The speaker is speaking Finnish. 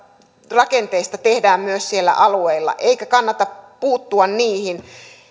rakenteista tehdään myös siellä alueilla eikä kannata puuttua niihin